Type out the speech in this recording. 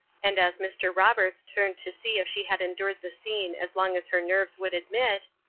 and as mr. roberts turned to see if she had endured the scene as long as her nerves would admit,